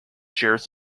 shares